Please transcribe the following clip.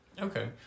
Okay